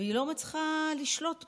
והיא לא שולטת בכלום.